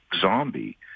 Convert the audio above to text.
Zombie